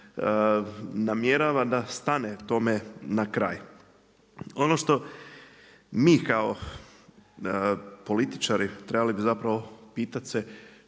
namjerava da stane tome na kraj. Ono što mi kao političari trebali bi zapravo pitat se